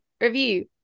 review